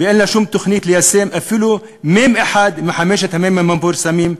ואין לה שום תוכנית ליישם אפילו מ"ם אחד מחמשת המ"מים המפורסמים.